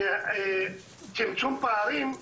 צמצום פערים,